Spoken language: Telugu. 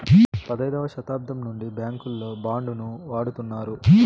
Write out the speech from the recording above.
పదైదవ శతాబ్దం నుండి బ్యాంకుల్లో బాండ్ ను వాడుతున్నారు